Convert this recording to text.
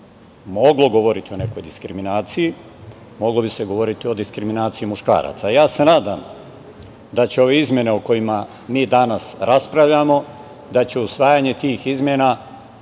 moglo govoriti o nekoj diskriminaciji, moglo bi se govoriti o diskriminacijama muškaraca. Ja se nadam da će ove izmene o kojima mi danas raspravljamo, da će usvajanje tih izmena